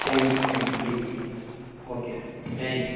thank you thank you ji ji sir okay thank